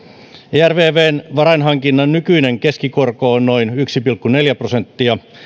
ervvn varainhankinnan nykyinen keskikorko on noin yksi pilkku neljä prosenttia